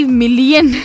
million